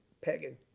pagan